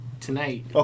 tonight